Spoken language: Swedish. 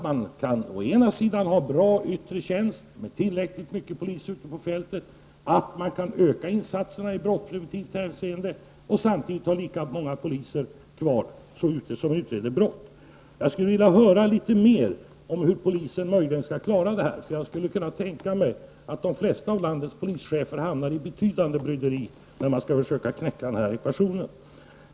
Man kan inte ha bra yttre tjänst med tillräckligt många poliser ute på fältet, öka insatserna i brottpreventivt hänseende och samtidigt ha lika många poliser kvar som utreder brott. Jag skulle vilja höra litet mer om hur polisen skall klara detta. Jag skulle kunna tänka mig att de flesta av landets polischefer hamnar i betydande bryderi när de skall försöka knäcka den här ekvationen.